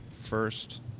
first